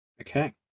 Okay